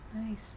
Nice